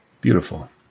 Beautiful